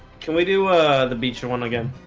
can we do the beach the one again?